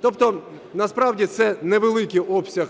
Тобто насправді це невеликий обсяг